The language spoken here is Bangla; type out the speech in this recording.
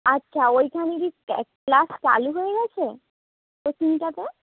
আচ্ছা ওইখানে কী ক্লাস চালু হয়ে গেছে কোচিংটাতে